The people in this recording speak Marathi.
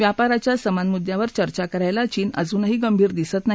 व्यापाराच्या समान मुद्यावर चर्चा करण्यास चीन अजूनही गंभीर दिसत नाही